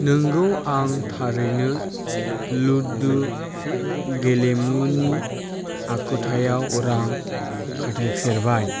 नोंगौ आं थारैनो लुदु गेलेमुनि आखुथायाव रां खाथायफेरबाय